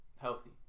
healthy